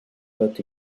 lot